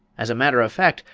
as a matter of fact,